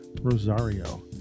Rosario